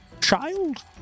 child